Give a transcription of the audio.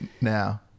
Now